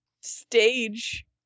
stage